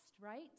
right